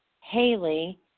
Haley